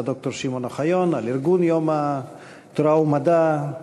הד"ר שמעון אוחיון על ארגון יום "תורה ומדע".